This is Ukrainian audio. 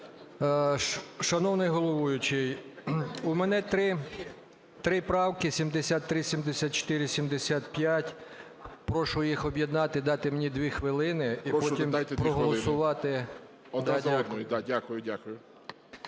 Шановний головуючий, у мене 3 правки – 73, 74, 75, прошу їх об'єднати і дати мені 2 хвилини, потім проголосувати…